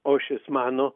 o šis mano